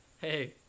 hey